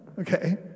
okay